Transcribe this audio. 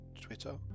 twitter